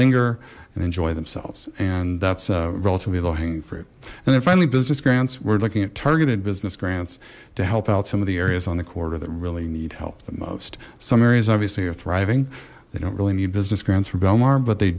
linger and enjoy themselves and that's a relatively low hanging fruit and then finally business grants we're looking at targeted business grants to help out some of the areas on the corridor that really need help the most some areas obviously are thriving they don't really need business grants for belmar but they